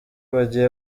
bagiye